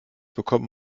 bekommt